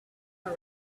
all